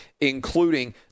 including